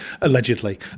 allegedly